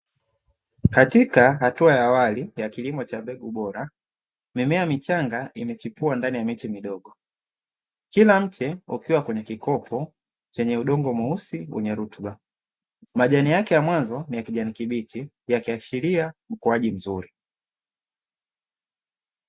Katika hatua ya awali ya kilimo cha mbegu bora, mimea michanga imechipua ndani ya miche midogo. Kila mche ukiwa kwenye kikopo chenye udongo mweusi wenye rutuba. Majani yake ya mwanzo ni ya kijani kibichi yakiashiria ukuaji mzuri.